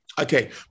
Okay